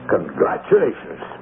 Congratulations